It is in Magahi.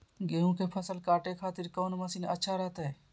गेहूं के फसल काटे खातिर कौन मसीन अच्छा रहतय?